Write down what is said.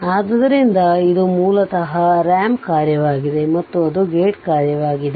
ಆದ್ದರಿಂದ ಇದು ಮೂಲತಃ ರಾಂಪ್ ಕಾರ್ಯವಾಗಿದೆ ಮತ್ತು ಅದು ಗೇಟ್ ಕಾರ್ಯವಾಗಿದೆ